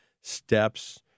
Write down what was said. steps